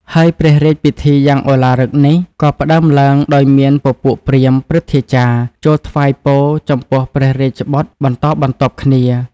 ហើយព្រះរាជពិធីយ៉ាងឧឡារិកនេះ ក៏ផ្តើមឡើងដោយមានពពួកព្រាហ្មណ៍ ព្រឹទ្ធាចារ្យ ចូលថ្វាយពរចំពោះព្រះរាជបុត្របន្តបន្ទាប់គ្នា ។